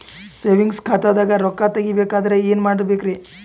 Savings ಖಾತಾದಾಗ ರೊಕ್ಕ ತೇಗಿ ಬೇಕಾದರ ಏನ ಮಾಡಬೇಕರಿ?